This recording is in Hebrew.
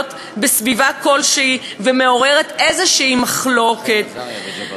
בסביבה כלשהי ומעוררת מחלוקת כלשהי.